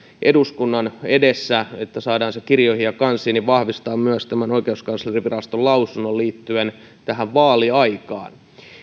eduskunnan edessä että saadaan se kirjoihin ja kansiin vahvistaa myös tämän oikeuskanslerinviraston lausunnon liittyen tähän vaaliaikaan